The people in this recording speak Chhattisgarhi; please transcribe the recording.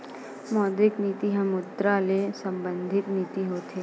मौद्रिक नीति ह मुद्रा ले संबंधित नीति होथे